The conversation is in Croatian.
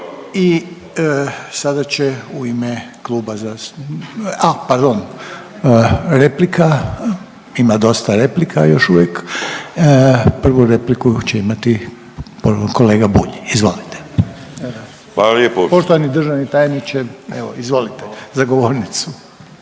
i sada će u ime kluba zastupnika, a pardon. Replika, ima dosta replika još uvijek. Prvu repliku će imati kolega Bulj, izvolite. Poštovani državni tajniče evo izvolite za govornicu.